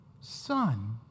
Son